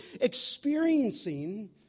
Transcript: experiencing